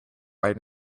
right